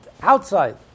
outside